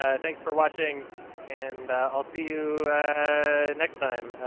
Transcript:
ah thanks for watching and i'll see you next time.